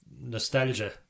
nostalgia